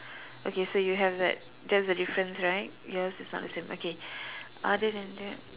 okay so you have that that's the difference right yours is not the same other than that